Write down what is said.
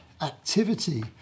activity